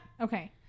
Okay